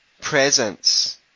presence